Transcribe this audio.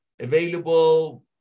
available